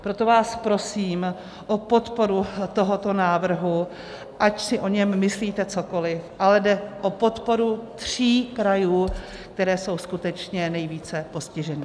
Proto vás prosím o podporu tohoto návrhu, ať si o něm myslíte cokoliv, ale jde o podporu tří krajů, které jsou skutečně nejvíce postiženy.